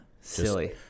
Silly